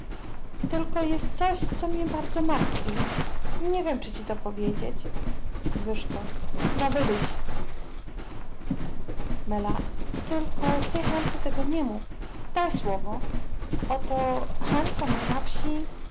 jest coś co mnie bardzo martwi nie wiem czy ci to powiedzieć no wyduś tylko ty hance tego nie mów daj słowo oto hanka ma na wsi